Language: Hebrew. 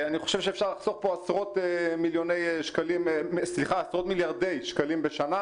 אני חושב שאפשר לחסוך פה עשרות מיליארדי שקלים בשנה.